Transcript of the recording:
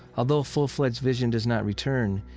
although full-fledged vision does not return,